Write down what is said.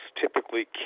typically